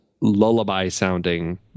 lullaby-sounding